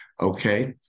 Okay